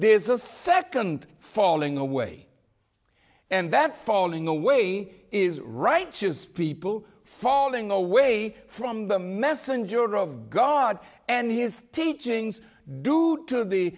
there is a second falling away and that falling away is right people falling away from the messenger of god and his teachings due to the